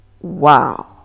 wow